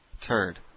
Turd